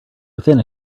within